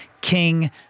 King